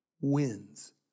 wins